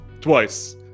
twice